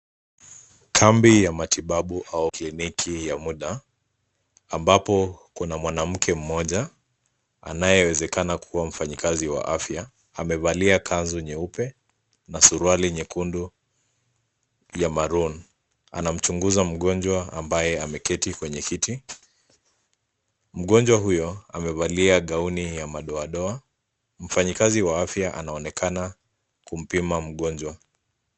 Kambi ya matibabu au kliniki ya muda ambapo kuna mwanamke mmoja anayewezekana kuwa mfanyikazi wa afya amevalia kanzu nyeupe, na suruali nyekundu ya maroon . Anamchunguza mgonjwa ambaye ameketi kwenye kiti. Mgonjwa huyo amevalia gauni ya madoadoa. Mfanyikazi wa afya anaonekana kumpima mgonjwa.